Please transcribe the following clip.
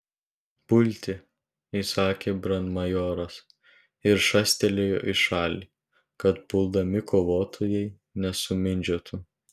pulti įsakė brandmajoras ir šastelėjo į šalį kad puldami kovotojai nesumindžiotų